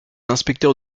inspecteur